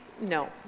no